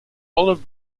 olive